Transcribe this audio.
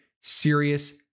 serious